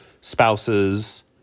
spouses